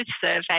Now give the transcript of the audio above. survey